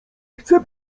chce